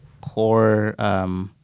core